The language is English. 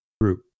group